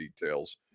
details